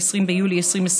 20 ביולי 2020,